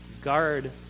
Guard